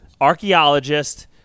archaeologist